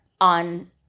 on